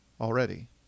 already